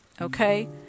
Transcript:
Okay